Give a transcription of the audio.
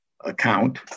account